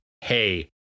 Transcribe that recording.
hey